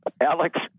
Alex